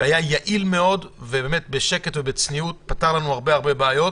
והוא היה יעיל מאוד ופתר לנו בשקט ובצניעות הרבה בעיות.